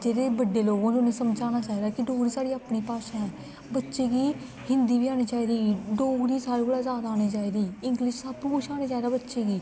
जेह्ड़े बड्डे लोग होन उ'नें गी समझाना चाहिदा कि डोगरी साढ़ी अपनी भाशा ऐ बच्चे गी हिन्दी बी औनी चाहिदी डोगरी सारें कोला जैदा औनी चाहिदी इंग्लिश सब्भ कुछ औने चाहिदा बच्चें गी